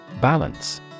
Balance